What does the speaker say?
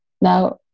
Now